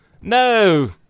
No